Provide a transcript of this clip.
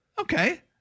Okay